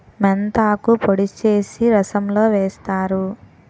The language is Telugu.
మెంతాకు పొడి చేసి రసంలో వేస్తారు